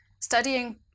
studying